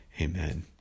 Amen